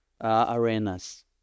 arenas